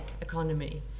economy